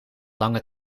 lange